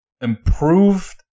improved